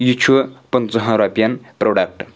یہِ چھُ پٕنٛژٕہن رۄپیَن پرٛوڈکٹہٕ